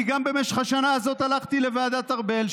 אני גם במשך השנה הזאת הלכתי לוועדת ארבל,